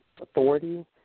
authority